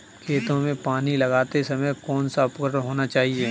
खेतों में पानी लगाते समय कौन सा उपकरण होना चाहिए?